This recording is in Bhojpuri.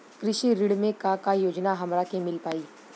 कृषि ऋण मे का का योजना हमरा के मिल पाई?